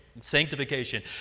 sanctification